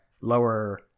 lower